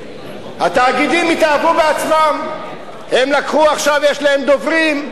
התאגידים התאהבו בעצמם, עכשיו יש להם דוברים,